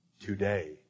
Today